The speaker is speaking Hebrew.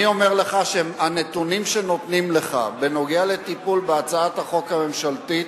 אני אומר לך שהנתונים שנותנים לך בנוגע לטיפול בהצעת החוק הממשלתית